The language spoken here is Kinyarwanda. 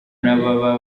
n’ababa